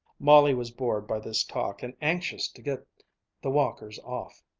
molly was bored by this talk and anxious to get the walkers off.